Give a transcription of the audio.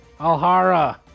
Alhara